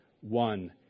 one